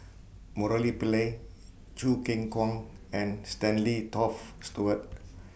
Murali Pillai Choo Keng Kwang and Stanley Toft Stewart